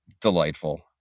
Delightful